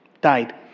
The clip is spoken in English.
died